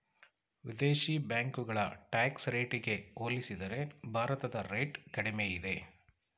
ವಿದೇಶಿ ಬ್ಯಾಂಕುಗಳ ಟ್ಯಾಕ್ಸ್ ರೇಟಿಗೆ ಹೋಲಿಸಿದರೆ ಭಾರತದ ರೇಟ್ ಕಡಿಮೆ ಇದೆ